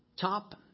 top